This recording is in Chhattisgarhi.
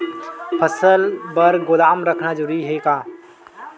फसल बर गोदाम रखना जरूरी हे का?